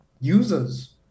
users